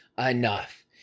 enough